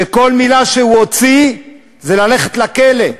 שכל מילה שהוא הוציא, ללכת לכלא.